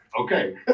Okay